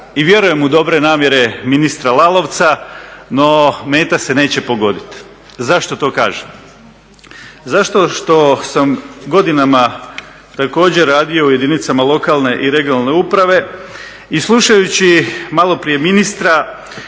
i vjerujem u dobre namjere ministra Lalovca, no meta se neće pogoditi. Zašto to kažem? Zato što sam godinama također radio u jedinicama lokalne i regionalne uprave i slušajući maloprije ministra